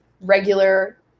regular